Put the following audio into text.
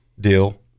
deal